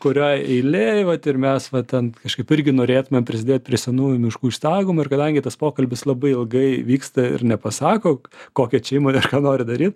kurioj eilėj vat ir mes va ten kažkaip irgi norėtumėm prisidėt prie senųjų miškų išsaugojimo ir kadangi tas pokalbis labai ilgai vyksta ir nepasako kokia čia įmonė ir ką nori daryt